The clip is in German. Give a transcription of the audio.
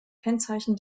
kennzeichen